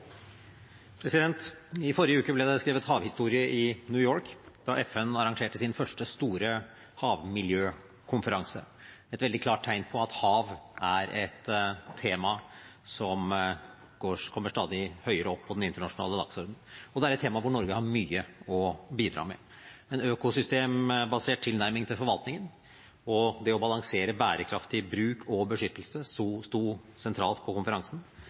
et veldig klart tegn på at hav er et tema som kommer stadig høyere opp på den internasjonale dagsordenen, og det er et tema hvor Norge har mye å bidra med. En økosystembasert tilnærming til forvaltningen og det å balansere bærekraftig bruk og beskyttelse sto sentralt på konferansen.